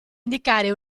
indicare